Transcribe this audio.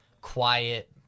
quiet